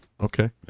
Okay